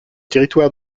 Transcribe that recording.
territoire